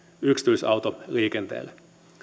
yksityisautoliikenteelle